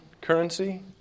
currency